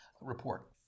report